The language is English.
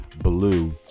Blue